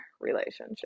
relationship